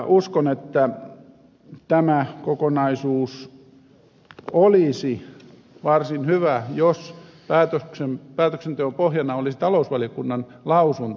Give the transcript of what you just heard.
uskon että tämä kokonaisuus olisi varsin hyvä jos päätöksenteon pohjana olisi talousvaliokunnan lausunto